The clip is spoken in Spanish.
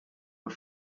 por